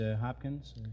Hopkins